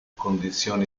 condizioni